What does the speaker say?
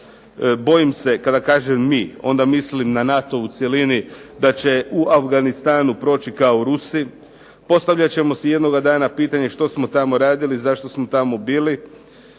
Bojim se kada kažem mi onda mislim na NATO u cjelini da će u Afganistanu proći kao Rusi. Postavljat ćemo si jednoga dana pitanje što smo tamo radili, zašto smo tamo bili.